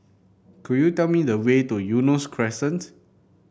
could you tell me the way to Eunos Crescent